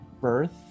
birth